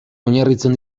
oinarritzen